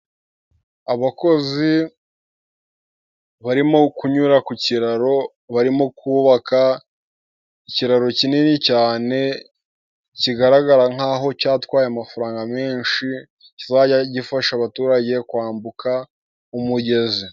Abakozi barimo kunyura ku kiraro barimo kubaka, ikiraro kinini cyane kigaragara nkaho cyatwaye amafaranga menshi kizajya gifasha abaturage kwambuka umugezi.